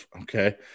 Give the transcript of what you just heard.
okay